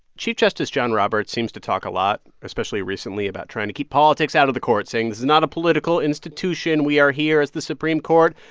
chief justice john roberts seems to talk a lot, especially recently, about trying to keep politics out of the court, saying this is not a political institution. we are here as the supreme court.